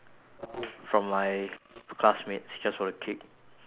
from my classmates just for the kick